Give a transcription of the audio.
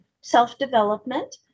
self-development